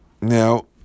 Now